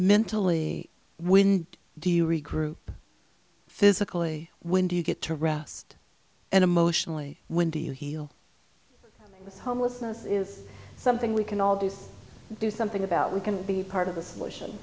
mentally when do you regroup physically when do you get to rest and emotionally when do you heal homelessness is something we can all do do something about we can be part of the